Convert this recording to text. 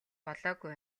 болоогүй